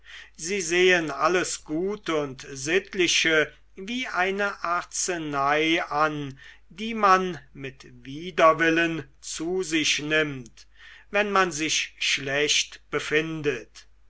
sie sehen alles gute und sittliche wie eine arznei an die man mit widerwillen zu sich nimmt wenn man sich schlecht befindet